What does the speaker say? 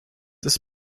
ist